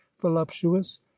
voluptuous